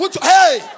Hey